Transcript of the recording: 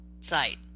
site